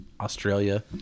Australia